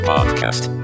Podcast